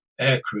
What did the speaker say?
aircrew